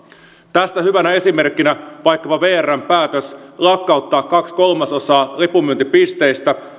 tästä hyvänä esimerkkinä vaikkapa vrn päätös lakkauttaa kaksi kolmasosaa lipunmyyntipisteistä